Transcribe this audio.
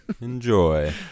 enjoy